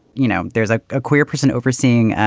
you know, there's a ah queer person overseeing